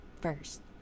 first